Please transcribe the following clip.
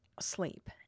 sleep